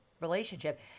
relationship